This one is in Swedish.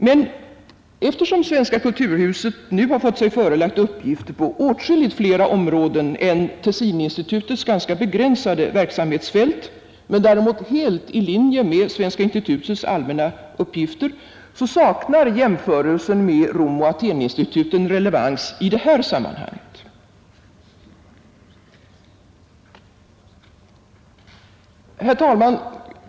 Men eftersom Svenska kulturhuset nu har fått sig förelagt uppgifter på åtskilligt flera områden än Tessininstitutets ganska begränsade verksamhetsfält men däremot helt i linje med Svenska institutets allmänna uppgifter, saknar jämförelser med Romoch Atheninstituten relevans i detta sammanhang. Herr talman!